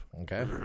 Okay